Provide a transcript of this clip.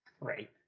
Right